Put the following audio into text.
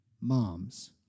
moms